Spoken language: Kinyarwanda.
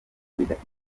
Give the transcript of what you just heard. bidafite